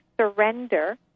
surrender